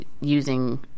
using